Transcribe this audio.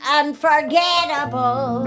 unforgettable